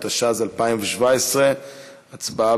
התשע"ז 2017. הצבעה,